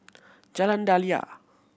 Jalan Daliah